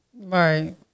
Right